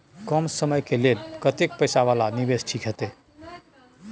कम समय के लेल कतेक पैसा वाला निवेश ठीक होते?